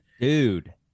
dude